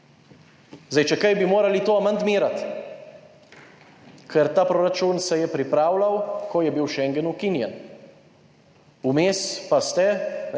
Če kaj, bi morali to amandmirati, ker ta proračun se je pripravljal, ko je bil schengen ukinjen, vmes pa ste,